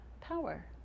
power